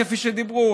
כפי שדיברו,